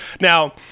Now